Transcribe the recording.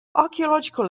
archaeological